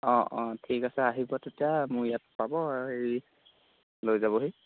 অঁ অঁ ঠিক আছে আহিব তেতিয়া মোৰ ইয়াত পাব হেৰি লৈ যাবহি